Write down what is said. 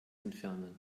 entfernen